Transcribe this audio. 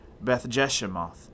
Beth-Jeshemoth